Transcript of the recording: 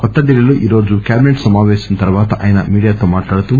కొత్త ఢిల్లీలో ఈరోజు కేబినెట్ సమాపేశం తరువాత ఆయన మీడియాతో మాట్లాడుతూ